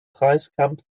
preiskampf